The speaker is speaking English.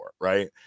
Right